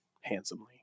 Handsomely